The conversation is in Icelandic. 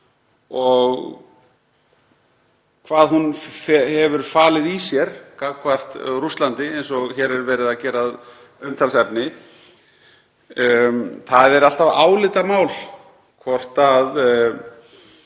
og hvað hún hefur falið í sér gagnvart Rússlandi, eins og hér er verið að gera að umtalsefni. Það er alltaf álitamál hvort að